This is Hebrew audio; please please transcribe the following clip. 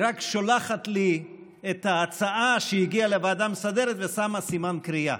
היא רק שולחת לי את ההצעה שהגיעה לוועדה המסדרת ושמה סימן קריאה.